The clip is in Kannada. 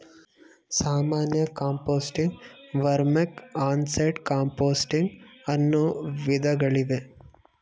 ಸಾಮಾನ್ಯ ಕಾಂಪೋಸ್ಟಿಂಗ್, ವರ್ಮಿಕ್, ಆನ್ ಸೈಟ್ ಕಾಂಪೋಸ್ಟಿಂಗ್ ಅನ್ನೂ ವಿಧಗಳಿವೆ